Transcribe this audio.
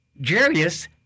Jarius